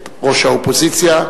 את ראש האופוזיציה.